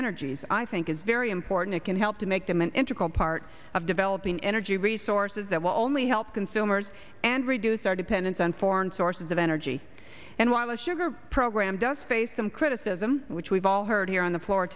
energies i think is very important it can help to make them an integral part of developing energy resources that will only help consumers and reduce our dependence on foreign sources of energy and while the sugar program does face some criticism which we've all heard here on the floor